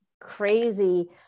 crazy